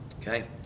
Okay